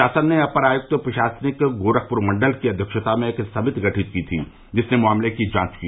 शासन ने अपर आयुक्त प्रशासनिक गोरखपुर मण्डल की अध्यक्षता में एक समिति गठित की थी जिसने मामले की जांच की